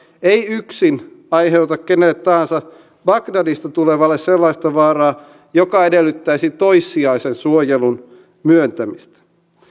ei yksin aiheuta kenelle tahansa bagdadista tulevalle sellaista vaaraa joka edellyttäisi toissijaisen suojelun myöntämistä